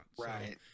Right